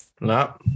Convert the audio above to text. No